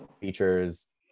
features